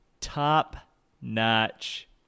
top-notch